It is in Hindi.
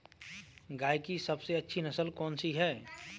गाय की सबसे अच्छी नस्ल कौनसी है?